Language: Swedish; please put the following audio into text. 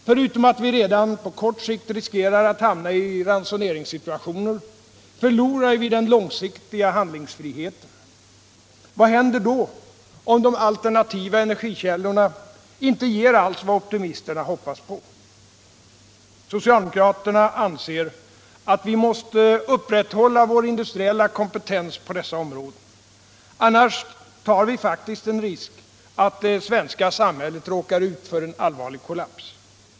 Förutom att vi redan på kort sikt riskerar att hamna i ransoneringssituationer förlorar vi ju den långsiktiga handlingsfriheten. Vad händer då, om de alternativa energikällorna inte alls ger vad optimisterna hoppas på? Socialdemokraterna anser att vi måste upprätthålla vår industriella kompetens på dessa områden. Annars tar vi faktiskt en risk att det svenska samhället råkar ut för en allvarlig kollaps.